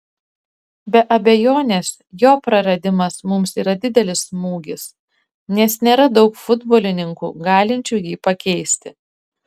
be abejonės jo praradimas mums yra didelis smūgis nes nėra daug futbolininkų galinčių jį pakeisti